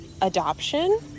adoption